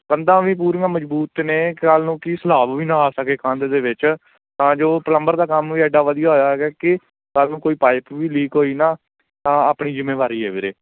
ਕੰਧਾਂ ਵੀ ਪੂਰੀਆਂ ਮਜਬੂਤ ਨੇ ਕੱਲ੍ਹ ਨੂੰ ਕਿ ਸਿਲਾਬ ਵੀ ਨਾ ਆ ਸਕੇ ਕੰਧ ਦੇ ਵਿੱਚ ਤਾਂ ਜੋ ਪਲੰਬਰ ਦਾ ਕੰਮ ਵੀ ਐਡਾ ਵਧੀਆ ਹੋਇਆ ਹੈਗਾ ਕਿ ਕੱਲ੍ਹ ਨੂੰ ਕੋਈ ਪਾਈਪ ਵੀ ਲੀਕ ਹੋਈ ਨਾ ਤਾਂ ਆਪਣੀ ਜ਼ਿੰਮੇਵਾਰੀ ਹੈ ਵੀਰੇ